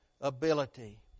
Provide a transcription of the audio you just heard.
ability